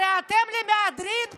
הרי אתם למהדרין פה,